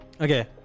Okay